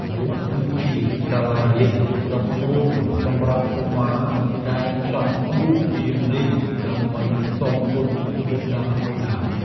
វត្តគឺជាសាលារៀនដំបូងសម្រាប់កុមារដែលចង់បួសជានេនដើម្បីសងគុណមាតាបិតា។